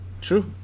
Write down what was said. True